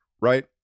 right